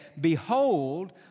behold